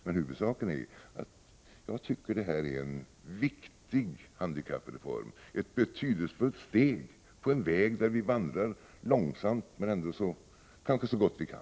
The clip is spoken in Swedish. Men huvudsaken är att jag tycker att det här är en viktig handikappreform, ett betydelsefullt steg på en väg där vi vandrar långsamt men ändå kanske så gott vi kan.